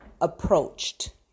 approached